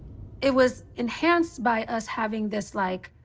it was enhanced by us having this, like,